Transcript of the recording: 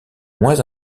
moins